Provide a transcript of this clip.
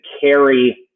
carry